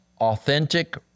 authentic